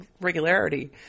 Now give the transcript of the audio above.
regularity